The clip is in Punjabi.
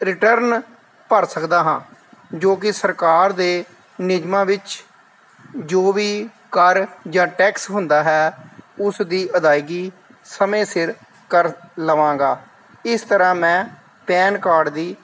ਰਿਟਰਨ ਭਰ ਸਕਦਾ ਹਾਂ ਜੋ ਕਿ ਸਰਕਾਰ ਦੇ ਨਿਯਮਾਂ ਵਿੱਚ ਜੋ ਵੀ ਕਰ ਜਾਂ ਟੈਕਸ ਹੁੰਦਾ ਹੈ ਉਸ ਦੀ ਅਦਾਇਗੀ ਸਮੇਂ ਸਿਰ ਕਰ ਲਵਾਂਗਾ ਇਸ ਤਰ੍ਹਾਂ ਮੈਂ ਪੈਨ ਕਾਰਡ ਦੀ